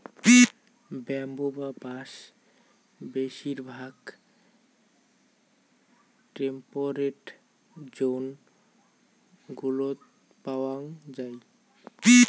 bamboo বা বাঁশ বেশিরভাগ টেম্পেরেট জোন গুলোত পাওয়াঙ যাই